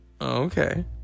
Okay